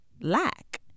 lack